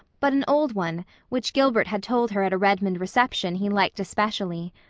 but an old one which gilbert had told her at a redmond reception he liked especially.